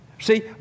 See